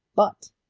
but,